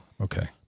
Okay